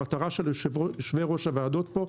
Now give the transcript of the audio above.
המטרה של יושבי ראש הוועדות פה,